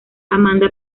amanda